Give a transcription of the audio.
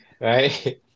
right